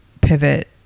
pivot